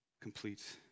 complete